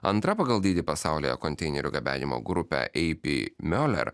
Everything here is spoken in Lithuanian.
antra pagal dydį pasaulyje konteinerių gabenimo grupė ei pi mioler